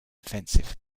offensive